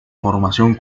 formación